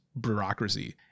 bureaucracy